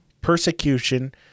persecution